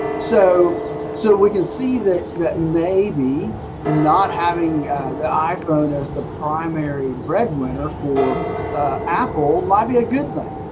so so we can see that that maybe not having the iphone as the primary breadwinner for apple might be a good thing.